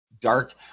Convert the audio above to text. dark